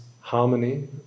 harmony